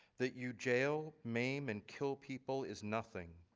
that you jail, maim and kill people is nothing.